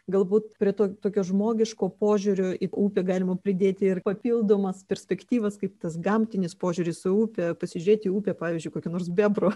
galbūt prie to tokio žmogiško požiūrio į upę galima pridėti ir papildomas perspektyvas kaip tas gamtinis požiūris į upę pasižiūrėti į upę pavyzdžiui kokio nors bebro